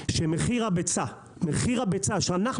מחיר הביצה שאנחנו,